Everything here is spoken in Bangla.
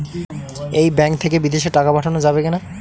এই ব্যাঙ্ক থেকে বিদেশে টাকা পাঠানো যাবে কিনা?